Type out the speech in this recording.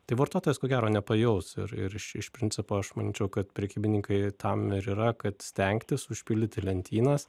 tai vartotojas ko gero nepajaus ir ir iš principo aš manyčiau kad prekybininkai tam ir yra kad stengtis užpildyti lentynas